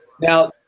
Now